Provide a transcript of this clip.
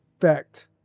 fact